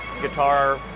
guitar